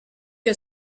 que